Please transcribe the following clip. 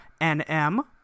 NM